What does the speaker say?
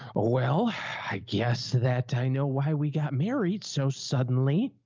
ah well, i guess that i know why we got married so suddenly.